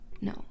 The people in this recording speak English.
No